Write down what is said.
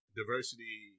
diversity